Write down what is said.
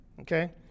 Okay